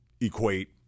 equate